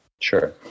Sure